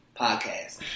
Podcast